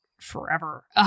forever